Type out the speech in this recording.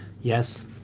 Yes